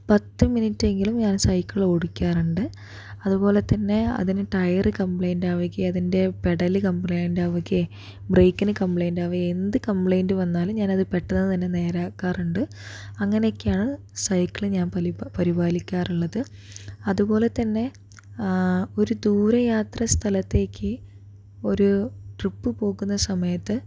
പത്ത് മിനിറ്റെങ്കിലും ഞാൻ സൈക്കിള് ഓടിക്കാറുണ്ട് അതുപോലെ തന്നെ അതിന് ടയറ് കംപ്ലയിൻ്റാവുകയും അതിൻ്റെ പെഡല് കംപ്ലയിൻ്റാവുകയും ബ്രേക്കിന് കംപ്ലയിൻ്റാവുകയും എന്ത് കംപ്ലയിൻറ്റ് വന്നാലും ഞാനത് പെട്ടന്ന് തന്നെ നേരെ ആക്കാറുണ്ട് അങ്ങാനെയൊക്കെയാണ് സൈക്കിള് ഞാൻ പരി പരിപാലിക്കാറുള്ളത് അതുപോലെ തന്നെ ഒരു ദൂരെ യാത്രാസ്ഥലത്തേക്ക് ഒരു ട്രിപ്പ് പോകുന്ന സമയത്ത്